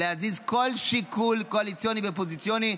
להזיז כל שיקול קואליציוני ואופוזיציוני,